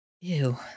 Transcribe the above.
Ew